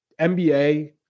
NBA